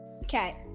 Okay